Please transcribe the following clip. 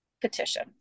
petition